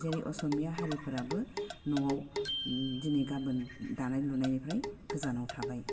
जेरै असमिया हारिफोराबो न'वाव दिनै गाबोन दानाय लुनायनिफ्राय गोजानाव थाबाय